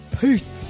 Peace